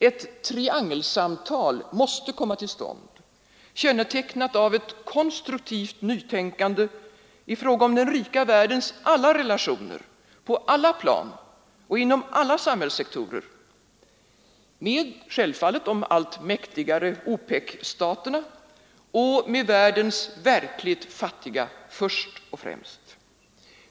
Ett triangelsamtal måste komma till stånd, kännetecknat av ett konstruktivt nytänkande i fråga om den rika världens alla relationer, på alla plan och inom alla samhällssektorer, självfallet med de allt mäktigare OPEC-staterna och med världens verkligt fattiga först och främst.